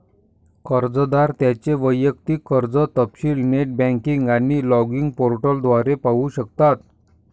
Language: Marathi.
कर्जदार त्यांचे वैयक्तिक कर्ज तपशील नेट बँकिंग आणि लॉगिन पोर्टल द्वारे पाहू शकतात